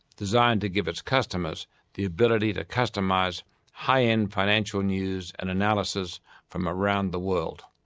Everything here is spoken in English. designed to give its customers the ability to customise high-end financial news and analysis from around the world.